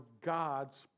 God's